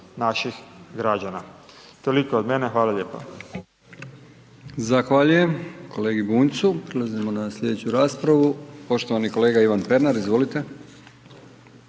naših građana. Toliko od mene, hvala lijepo.